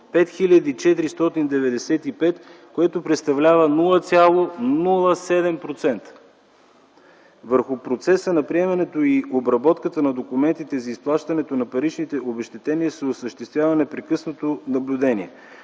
5495, което представлява 0,07%. Върху процеса на приемането и обработката на документите за изплащането на паричните обезщетения се осъществява непрекъснато наблюдение.